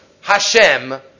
HaShem